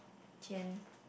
Jen